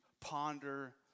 ponder